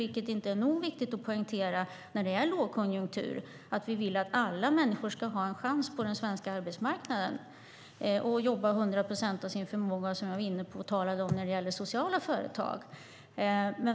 Nog så viktigt att poängtera nu när det är lågkonjunktur är att vi vill att alla människor ska ha en chans på den svenska arbetsmarknaden och kunna jobba 100 procent av sin förmåga, som jag var inne på när jag talade om sociala företag.